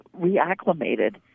reacclimated